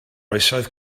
oesoedd